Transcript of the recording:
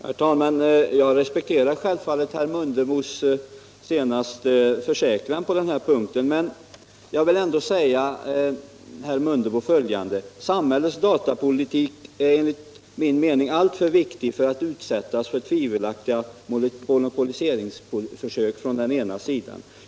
Herr talman! Jag respekterar självfallet herr Mundebos senaste försäkran på denna punkt. Men jag vill ändå säga herr Mundebo följande. Samhällets datapolitik är enligt min mening alltför viktig för att utsättas för tvivelaktiga monopoliseringsförsök från den ena sidan.